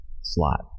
slot